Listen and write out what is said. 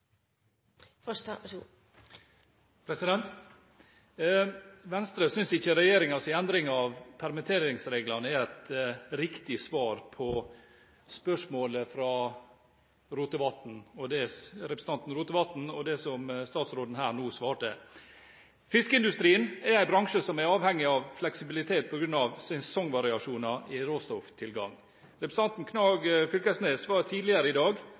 Venstre synes ikke regjeringens endring av permitteringsreglene – og det statsråden nå sa – er et riktig svar på spørsmålet fra representanten Rotevatn. Fiskeindustrien er en bransje som er avhengig av fleksibilitet på grunn av sesongvariasjoner i råstofftilgang. Representanten Knag Fylkesnes var i et tidligere spørsmål i dag